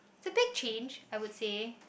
it's a big change I would say